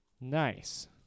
Nice